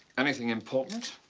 anything important?